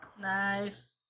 Nice